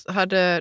hade